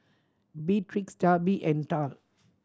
Beatrix Darby and Tal